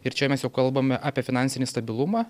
ir čia mes jau kalbame apie finansinį stabilumą